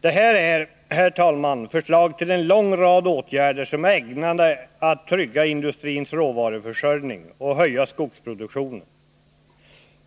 Det här är, herr talman, förslag till en lång rad åtgärder som är ägnade att trygga industrins råvaruförsörjning och höja skogsproduktionen.